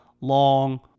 long